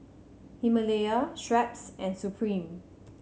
Himalaya Schweppes and Supreme